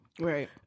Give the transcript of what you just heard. right